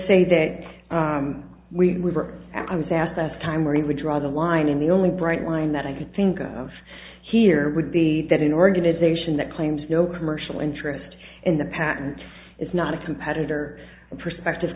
say that we were at i was asked last time where he would draw the line and the only bright line that i could think of here would be that an organisation that claims no commercial interest in the patent is not a competitor perspective